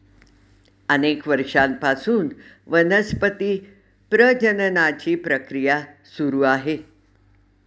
अनेक वर्षांपासून वनस्पती प्रजननाची प्रक्रिया सुरू आहे